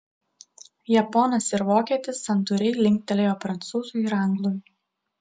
japonas ir vokietis santūriai linktelėjo prancūzui ir anglui